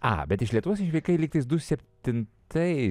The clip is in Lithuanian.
a bet iš lietuvos išvykai ligtais du septintais